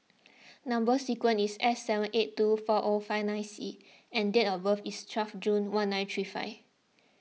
Number Sequence is S seven eight two four O five nine C and date of birth is twelve June one nine three five